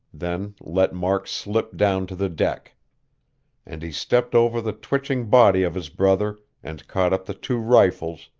then let mark slip down to the deck and he stepped over the twitching body of his brother, and caught up the two rifles,